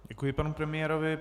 Děkuji panu premiérovi.